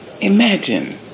imagine